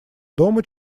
дома